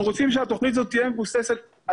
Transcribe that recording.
אנחנו רוצים שהתוכנית הזאת תהיה מבוססת על